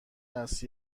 است